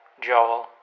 Joel